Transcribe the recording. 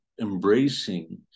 embracing